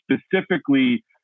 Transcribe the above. specifically